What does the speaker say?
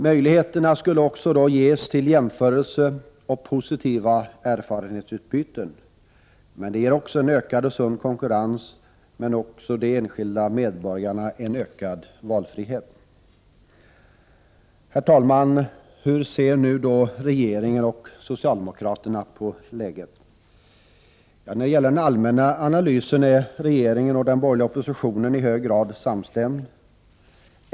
Möjligheter skulle då också ges till jämförelser och positiva erfarenhetsutbyten. Det ger en ökad och sund konkurrens men också de enskilda medborgarna en ökad valfrihet. Herr talman! Hur ser då regeringen och socialdemokraterna på läget? I den allmänna analysen är regeringen och den borgerliga oppositionen i hög grad samstämda.